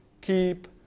keep